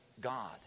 God